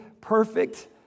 perfect